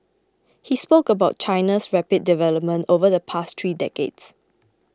he spoke about China's rapid development over the past three decades